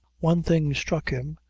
one thing struck him,